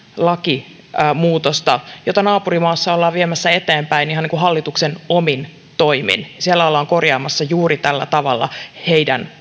lakimuutosta jota naapurimaassa ollaan viemässä eteenpäin ihan hallituksen omin toimin siellä ollaan korjaamassa juuri tällä tavalla heidän